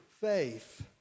faith